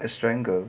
a strangle